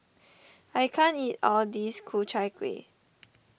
I can't eat all of this Ku Chai Kueh